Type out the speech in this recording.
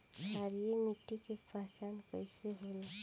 क्षारीय मिट्टी के पहचान कईसे होला?